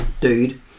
dude